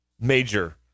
major